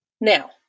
Now